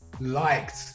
liked